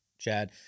Chad